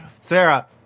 Sarah